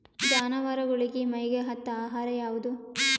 ಜಾನವಾರಗೊಳಿಗಿ ಮೈಗ್ ಹತ್ತ ಆಹಾರ ಯಾವುದು?